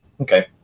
Okay